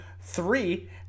three